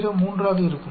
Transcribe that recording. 03 ஆக இருக்கும்